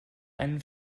einen